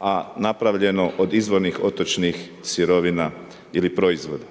a napravljeno od izvornih otočnih sirovina ili proizvoda.